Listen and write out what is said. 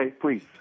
please